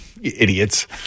Idiots